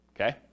okay